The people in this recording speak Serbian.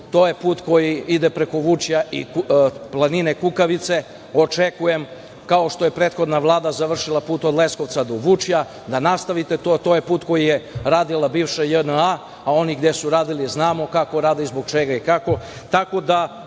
to je put koji ide preko Vučja i planine Kukavice. Očekujem, kao što je prethodna Vlada završila put od Leskovca do Vučja, da nastavite to. To je put koji je radila bivša JNA, a oni gde su radili znamo kako rade i zbog čega i kako.